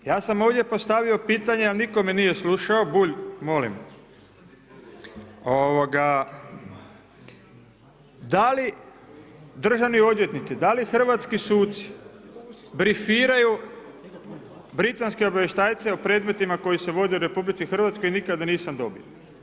Ja sam ovdje postavio pitanje, ali nitko me nije slušao, Bulj molim, ovoga, da li državni odvjetnici, da li hrvatski suci brifiraju britanske obavještajce o predmetima koji se vode u RH nikada nisam dobio.